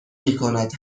میکند